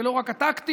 ולא רק טקטית.